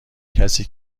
کسی